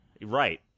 Right